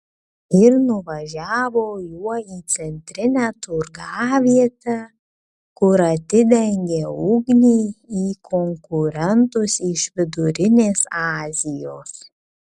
ir nuvažiavo juo į centrinę turgavietę kur atidengė ugnį į konkurentus iš vidurinės azijos